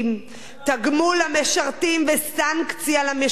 תגמול המשרתים וסנקציה למשתמטים.